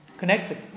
Connected